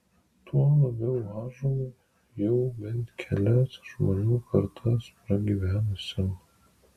tuo labiau ąžuolui jau bent kelias žmonių kartas pragyvenusiam